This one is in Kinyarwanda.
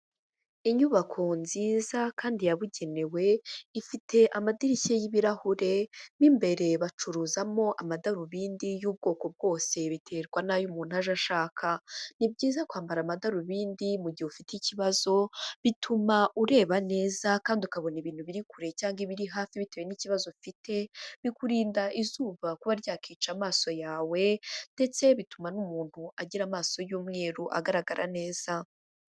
Inyubako nziza kandi yabugenewe ifite amadirishya y'ibirahure, mo imbere bacuruzamo amadarubindi y'ubwoko bwose biterwa n'ay'umuntu aje ashaka. Ni byiza kwambara amadarubindi mu mu gihe ufite ikibazo, bituma ureba neza kandi ukabona ibintu biri kure cyangwa ibiri hafi bitewe n'ikibazo ufite, bikurinda izuba kuba ryakica amaso yawe ndetse bituma n'umuntu agira amaso y'umweru agaragara neza.